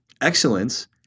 excellence